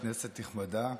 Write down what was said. כנסת נכבדה,